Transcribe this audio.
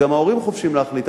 וגם ההורים חופשיים להחליט,